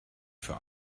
für